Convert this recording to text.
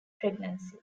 pregnancy